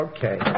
Okay